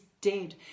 dead